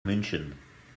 münchen